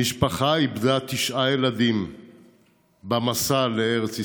המשפחה איבדה תשעה ילדים במסע לארץ ישראל,